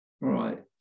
Right